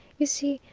you see,